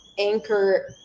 anchor